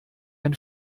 ein